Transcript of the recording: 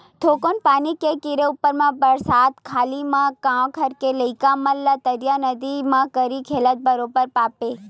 थोरको पानी के गिरे ऊपर म बरसात घरी म गाँव घर के लइका मन ला तरिया नदिया म गरी खेलत बरोबर पाबे